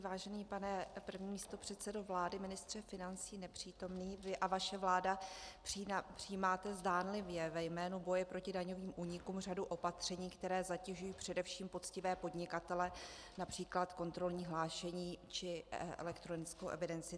Vážený pane první místopředsedo vlády, ministře financí nepřítomný, vy a vaše vláda přijímáte zdánlivě ve jménu boje proti daňovým únikům řadu opatření, která zatěžují především poctivé podnikatele, například kontrolní hlášení či elektronickou evidenci tržeb.